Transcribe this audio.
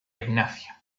ignacia